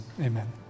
Amen